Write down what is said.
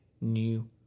new